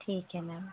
ठीक है मैम